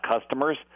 customers